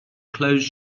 closed